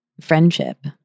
friendship